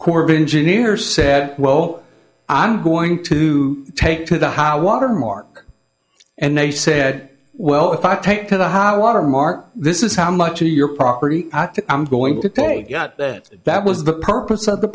corps of engineers said well i'm going to take to the how watermark and they said well if i take to the hot water mark this is how much of your property i'm going to take you got that that was the purpose of the